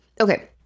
Okay